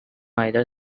either